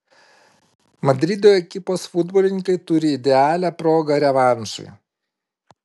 madrido ekipos futbolininkai turi idealią progą revanšui